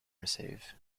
receive